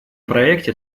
проекте